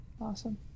awesome